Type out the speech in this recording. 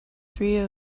three